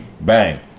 Bang